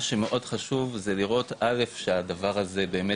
מה שמאוד חשוב זה לראות, א', שהדבר הזה באמת